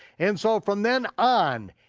and so from then on,